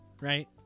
right